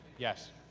yes.